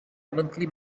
monthly